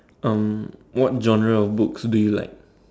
um what genre of books do you like